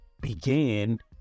began